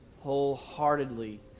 wholeheartedly